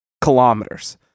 kilometers